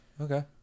okay